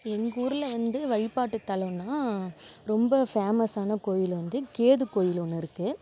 எங்கள் ஊரில் வந்து வழிபாட்டுத்தலம்னால் ரொம்ப ஃபேமஸான கோயில் வந்து கேது கோயில் ஒன்று இருக்குது